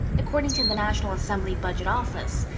according to the national assembly budget office.